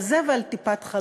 על זה ועל טיפת-חלב,